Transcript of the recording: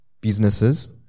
businesses